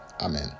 Amen